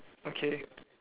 okay